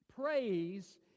Praise